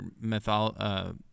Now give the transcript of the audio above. method